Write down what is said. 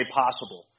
possible